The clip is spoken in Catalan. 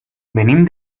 venim